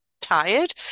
tired